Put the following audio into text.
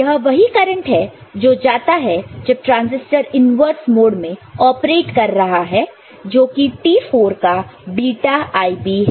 यह वही करंट है जो जाता है जब ट्रांसिस्टर इन्वर्स मोड में ऑपरेट कर रहा है जो कि T4 का बीटा IB है